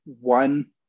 one